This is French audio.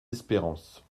espérances